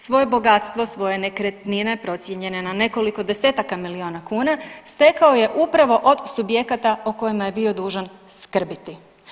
Svoje bogatstvo, svoje nekretnine procijenjene na nekoliko desetaka milijuna kuna stekao je upravo od subjekata o kojima je bio dužan skrbiti.